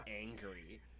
angry